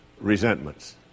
resentments